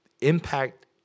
impact